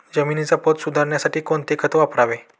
जमिनीचा पोत सुधारण्यासाठी कोणते खत वापरावे?